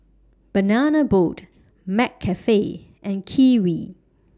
Banana Boat McCafe and Kiwi